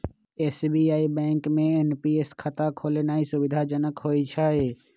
SBI bank में NPS खता खोलेनाइ सुविधाजनक होइ छइ